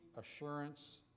assurance